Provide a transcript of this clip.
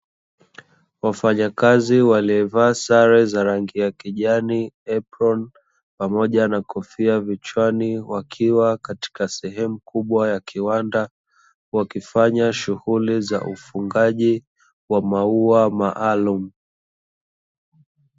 Wafanyakazi waliovaa sare za rangi kijani eproni, pamoja na kofia vichwani, wakiwa katika sehemu kubwa ya kiwanda wakifanya shughuli za ufungaji wa maua maalumu.